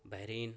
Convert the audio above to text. Bahrain